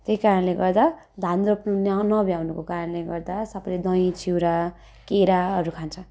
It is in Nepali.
त्यही कारणले गर्दा धान रोप्नु न नभ्याउनुको कारणले गर्दा सबैले दही चिउरा केराहरू खान्छ